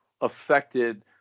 affected